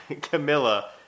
Camilla